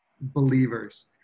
believers